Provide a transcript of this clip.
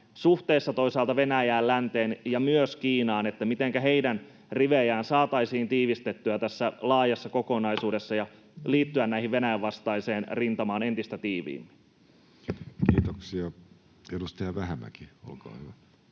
suhteessa toisaalta Venäjään, länteen ja myös Kiinaan — ja siihen, että mitenkä heidän rivejään saataisiin tiivistettyä tässä laajassa kokonaisuudessa ja saataisiin heidät liittymään Venäjän vastaiseen rintamaan entistä tiiviimmin. Kiitoksia. — Edustaja Vähämäki, olkaa hyvä.